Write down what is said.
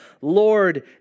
Lord